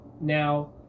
Now